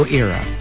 era